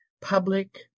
public